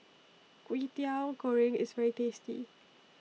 Kwetiau Goreng IS very tasty